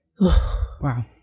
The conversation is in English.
Wow